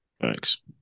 thanks